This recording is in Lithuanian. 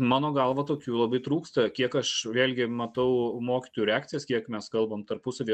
mano galva tokių labai trūksta kiek aš vėlgi matau mokytojų reakcijas kiek mes kalbam tarpusavyje